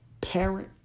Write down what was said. parent